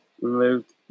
removed